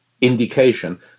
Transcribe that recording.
indication